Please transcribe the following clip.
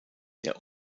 der